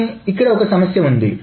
కానీ ఇక్కడ ఒక సమస్య ఉంది